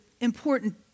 important